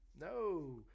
No